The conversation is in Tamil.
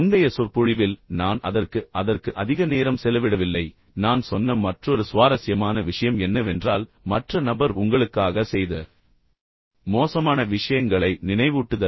முந்தைய சொற்பொழிவில் நான் அதற்கு அதற்கு அதிக நேரம் செலவிடவில்லை நான் சொன்ன மற்றொரு சுவாரஸ்யமான விஷயம் என்னவென்றால் மற்ற நபர் உங்களுக்காக செய்த மோசமான விஷயங்களை நினைவூட்டுதல்